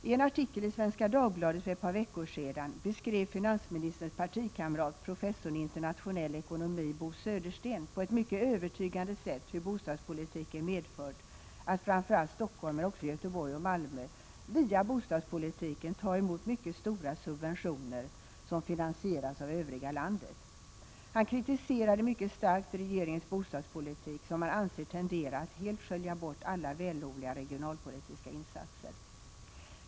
I en artikel i Svenska Dagbladet för ett par veckor sedan beskrev finansministerns partikamrat professorn i internationell ekonomi Bo Södersten på ett mycket övertygande sätt hur bostadspolitiken medfört att framför allt Stockholm men också Göteborg och Malmö via bostadspolitiken tar emot mycket stora subventioner som finansieras av det övriga landet. Han kritiserade mycket starkt regeringens bostadspolitik; som han ansåg tenderar att helt skölja bort alla vällovliga regionalpolitiska insatser.